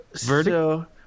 Verdict